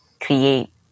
create